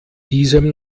diesem